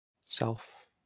self